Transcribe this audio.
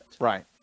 Right